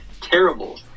terrible